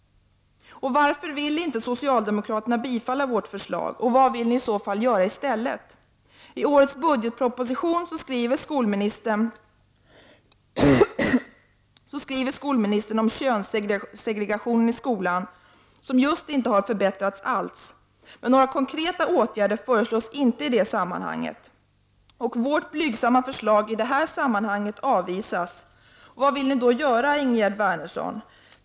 Varför vill inte socialdemokraterna bifalla vårt förslag? Och vad vill ni i så fall göra i stället.? I årets budgetproposition skriver skolministern om könssegregationen i skolan, som just inte har förbättrats alls, men några konkreta åtgärder föreslås inte i det sammanhanget. Och vårt blygsamma förslag avvisas. Vad vill ni då göra, Ingegerd Wärnersson?